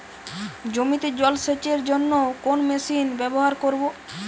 জমিতে জল সেচের জন্য কোন মেশিন ব্যবহার করব?